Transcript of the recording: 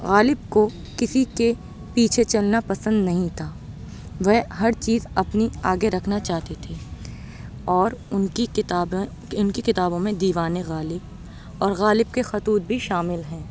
غالب کو کسی کے پیچھے چلنا پسند نہیں تھا وہ ہر چیز اپنی آگے رکھنا چاہتے تھے اور اُن کی کتابیں اِن کی کتابوں میں دیوانِ غالب اورغالب کے خطوط بھی شامل ہیں